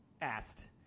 asked